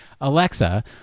Alexa